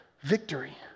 victory